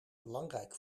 belangrijk